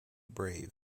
brave